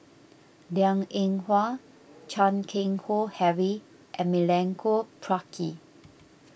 Liang Eng Hwa Chan Keng Howe Harry and Milenko Prvacki